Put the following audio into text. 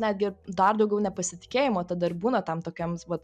netgi dar daugiau nepasitikėjimo tada ir būna tam tokiam vat